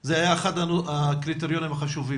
זה היה אחד הקריטריונים החשובים?